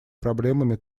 проблемами